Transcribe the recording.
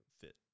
fit